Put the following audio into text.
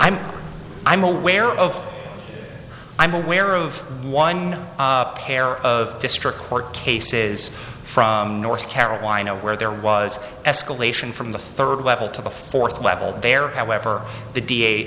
i'm i'm aware of i'm aware of one pair of district court cases from north carolina where there was escalation from the third level to the fourth level there however the